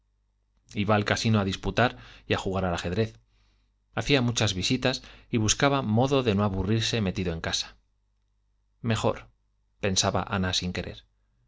iba al casino a disputar y a jugar al ajedrez hacía muchas visitas y buscaba modo de no aburrirse metido en casa mejor pensaba ana sin querer